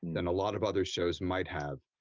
than a lot of other shows might have